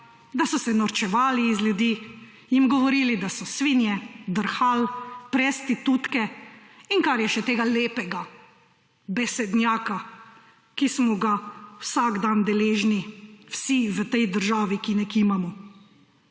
da so se norčevali iz ljudi, jim govorili, da so svinje, drhal, prestitutke in kar je še tega lepega besednjaka, ki smo ga vsak dan deležni vsi v tej državi, ki ne kimamo,